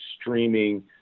streaming